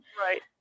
Right